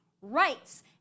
Rights